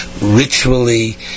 Ritually